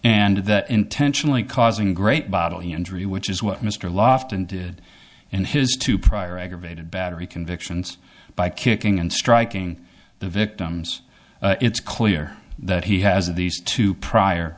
and that intentionally causing great bodily injury which is what mr lofton did in his two prior aggravated battery convictions by kicking and striking the victims it's clear that he has these two prior